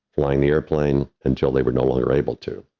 flying the airplane until they were no longer able to.